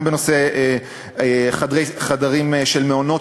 גם בנושא חדרים של מעונות,